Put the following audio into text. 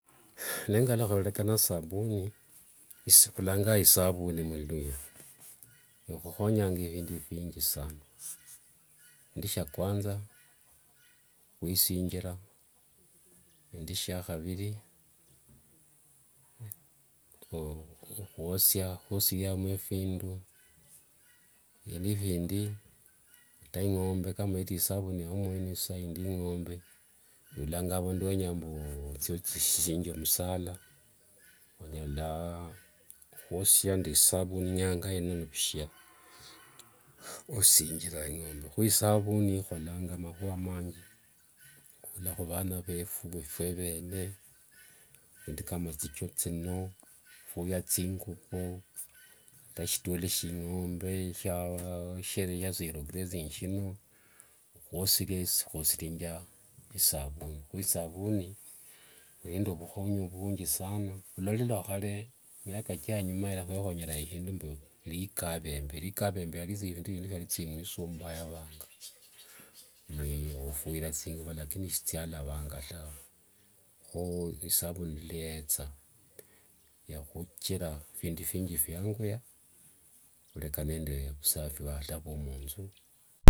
Nengalukha vhuleka ne sabuni khulanganga isavuni mululukhya, ikhuhonyanga phindi phingi sana. shindu shia kwanza, khwishinjira, shindu shiakha viri khuosiriamo phidu. phindu phindi ata ingombe yulanga avundu yuwenya mbu othie othichushire musala. onyala khuosia nende isabuni nyanga yene nibushia oshichira ingombe. khu isavuni ikholanga makhua manji. Okhurura hu vana vefu, efwe vene, shindu kama thichoo thino thingokho, ata shitioli shingombe shino khuosherianga isabuni. Esavuni ilinende vukhonyi vunji sana. Lwali luakhale miaka thianyuma alia khwekhonyeranga eshindu mbu likavembe, likavembe shiali shindu shiavayavanga. Nofuira thinguvo lakini sichialavanga taa. Kho isabuni luyetha yakhuchira phindu vingi fyanguya nende vusaphi ata vwa munthu.